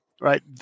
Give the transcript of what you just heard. right